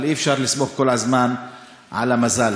אבל אי-אפשר לסמוך כל הזמן על המזל.